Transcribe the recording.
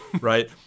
right